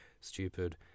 stupid